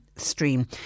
Stream